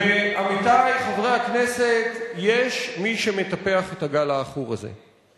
עמיתי חברי הכנסת, יש מי שמטפח את הגל העכור הזה.